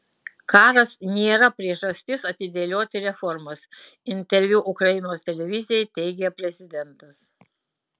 karas nėra priežastis atidėlioti reformas interviu ukrainos televizijai teigė prezidentas